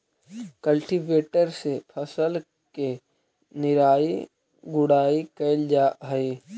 cultivator से फसल के निराई गुडाई कैल जा हई